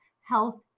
health